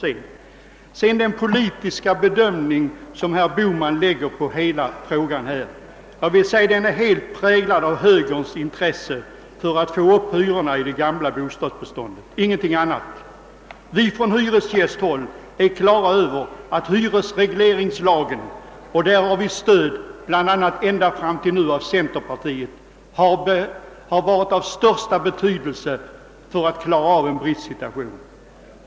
Sedan vill jag ta upp den politiska bedömning som herr Bohman lägger på hela frågan. Den är helt präglad av högerns intresse för att få upp hyrorna i det gamla bostadsbeståndet och ingenting annat. På hyresgästhåll är vi på det klara med att hyresregleringslagen har varit av stor betydelse för att klara av en bristsituation, och i denna uppfattning har vi ända tills nu haft stöd från centerpartiet.